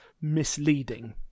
misleading